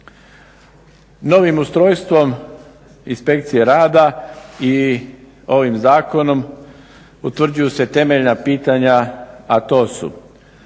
Novim ustrojstvom inspekcije rada i ovim zakonom utvrđuju se temeljna pitanja,